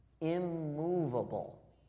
immovable